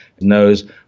knows